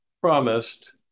promised